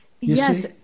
Yes